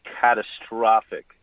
catastrophic